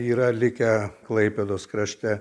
yra likę klaipėdos krašte